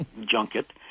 junket